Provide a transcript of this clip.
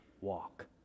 walk